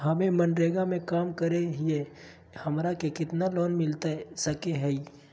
हमे मनरेगा में काम करे हियई, हमरा के कितना लोन मिलता सके हई?